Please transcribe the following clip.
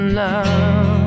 love